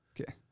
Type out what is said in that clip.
Okay